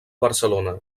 barcelona